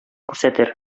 күрсәтер